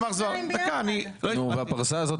הפרסה הזאת